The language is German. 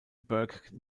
burke